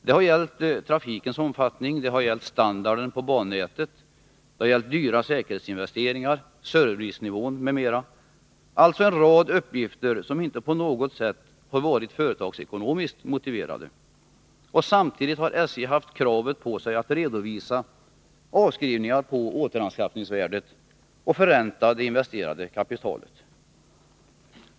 Det har gällt trafikens omfattning, standarden på bannätet, dyrbara säkerhetsinvesteringar, servicenivån m.m. — alltså en rad uppgifter som inte på något sätt har varit företagsekonomiskt motiverade. Samtidigt har SJ haft kravet på sig att redovisa avskrivningar på återanskaffningsvärdet och förränta det investerade kapitalet.